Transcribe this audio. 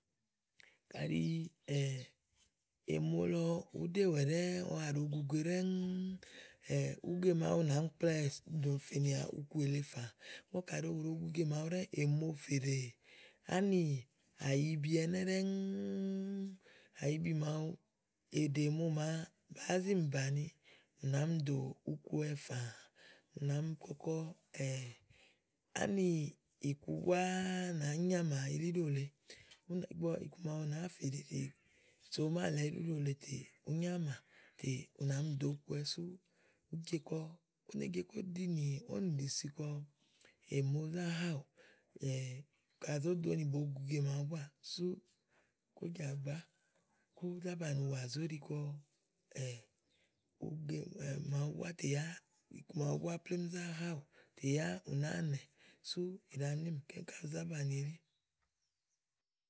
Kàɖi èmo lɔ ùú ɖewɛ̀ ɖɛ́ɛ́ ɔwɔ wa ɖòo gu uge ɖɛ́ŋúú uge màaɖu nà mi kplawɛ̀ dò fènìà uku èle fàã, ígbɔ kàɖì òɖo gu uge màawu ɖɛ́ɛ èmofè ɖè, ánì àyibi ɛnɛ́ ɖɛ́ŋúú àyíbi màawu fè ɖe èmo bàáa zi mì bàni, ù nà mi dò ukuɔwɛ fããù nà mi kɔkɔ ánì ìku búáá nàá nyàmà ilíɖo lèe ígbɔ iku màawu nàáa fè ɖèɖè sú máàlɛ ilíɖo lèe tè ùú nyàmà tè ù nà mi dò ukuɔwɛ sú ùú je kɔ, ú né je kó zé zinì ówò nìɖì si kɔ èmo zá haówòò kà zó do ni bòo gu uge màawu búá sú kó jààgbá kó zá banìi ùwà zóɖi kɔ uge màawu búá tè yá iku màawu bùà plémù zá háówòò eyá ùnàáa nɛ̀ sú ìɖa ni ìkú ké zá banìi elí.